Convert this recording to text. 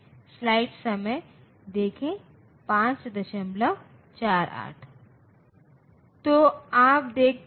तो वहाँ एक सवाल है संख्याओं की रेंज का जिसे आप प्रतिनिधित्व कर सकते हैं